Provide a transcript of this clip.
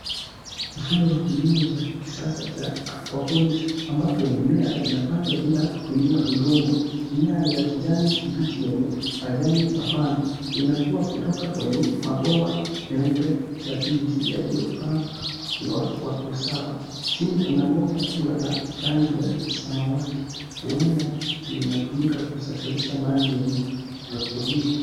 Mfumo wa kilimo cha kisasa cha aquaponics , ambapo mimea inapandwa bila kutumia udongo. Mimea ya kijani kibichi yenye majani mapana inakuwa kutoka kwenye mabomba meupe ya PVC yaliopangwa kwa usawa. Chini kuna bomba kubwa la rangi ya samawati. Huenda linatumika kusafirisha maji yenye virutubishi.